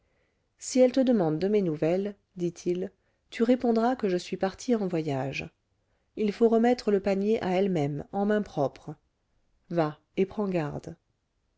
si elle te demande de mes nouvelles dit-il tu répondras que je suis parti en voyage il faut remettre le panier à elle-même en mains propres va et prends garde